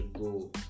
go